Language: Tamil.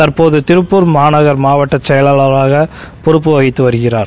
தற்போது திருப்பூர் மாநகர் மாவட்ட செயலாளராகப் பொறுட்பு வகிக்கிறார்